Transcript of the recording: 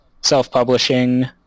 self-publishing